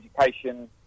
education